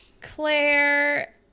Claire